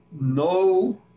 no